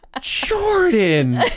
Jordan